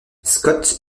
scott